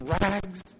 rags